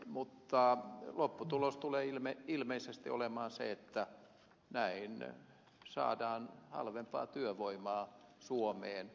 mutta lopputulos tulee ilmeisesti olemaan se että näin saadaan halvempaa työvoimaa suomeen